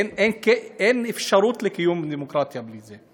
אין אפשרות לקיום דמוקרטיה בלי זה.